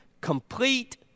complete